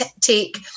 take